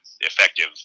effective